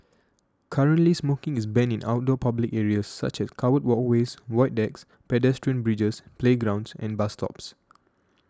currently smoking is banned in outdoor public areas such as covered walkways void decks pedestrian bridges playgrounds and bus stops